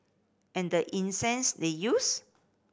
and the incense they used